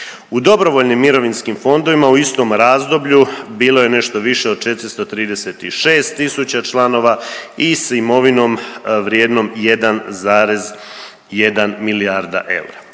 U dobrovoljnim mirovinskim fondovima u istom razdoblju bilo je nešto više od 436 tisuća članova i s imovinom vrijednom 1,1 milijarda eura.